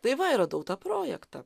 tai va ir radau tą projektą